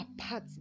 apart